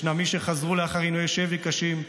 ישנם מי שחזרו לאחר עינויי שבי קשים,